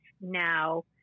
now